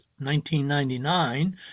1999